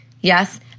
yes